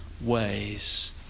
ways